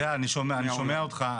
אתה יודע, אני שומע אותך.